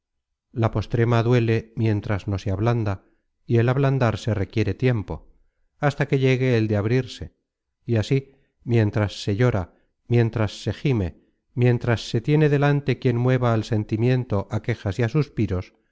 la postema duele mientras no se ablanda y el ablandarse requiere tiempo hasta que llegue el de abrirse y así mientras se llora mientras se gime mientras se tiene delante quien mueva al sentimiento á quejas y á suspiros